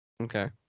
Okay